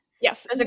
Yes